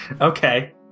Okay